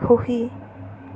সুখী